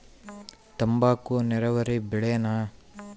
ತಂಬಾಕು ನೇರಾವರಿ ಬೆಳೆನಾ?